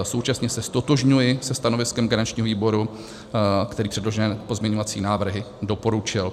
Současně se ztotožňuji se stanoviskem garančního výboru, který předložené pozměňovací návrhy doporučil.